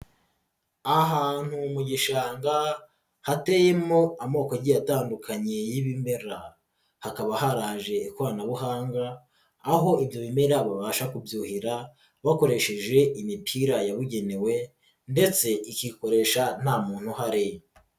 Ahantu mu gishanga hateyemo amoko agiye atandukanye y'ibimera hakaba haraje ikoranabuhanga aho ibyo bimera babasha kubyuhira bakoresheje imipira yabugenewe ndetse ikikoresha nta muntu uhari.